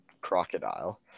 crocodile